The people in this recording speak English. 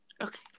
Okay